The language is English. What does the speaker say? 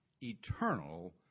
eternal